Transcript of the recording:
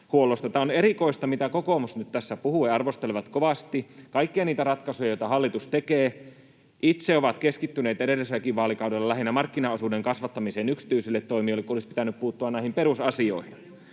Tämä on erikoista, mitä kokoomus nyt tässä puhuu. He arvostelevat kovasti kaikkia niitä ratkaisuja, joita hallitus tekee. Itse ovat keskittyneet edelliselläkin vaalikaudella lähinnä markkinaosuuden kasvattamiseen yksityisille toimijoille, kun olisi pitänyt puuttua näihin perusasioihin,